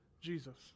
Jesus